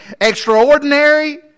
extraordinary